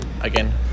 again